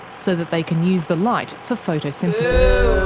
so that they can use the light for photosynthesis.